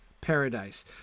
paradise